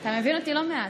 אתה מבין אותי לא מעט.